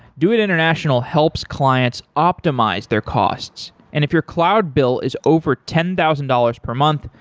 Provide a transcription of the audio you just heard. doit international helps clients optimize their costs, and if your cloud bill is over ten thousand dollars per month,